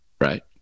right